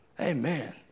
Amen